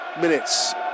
minutes